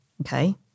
okay